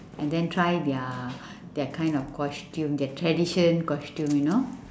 and then try their kind of costume their tradition costume you know